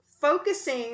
focusing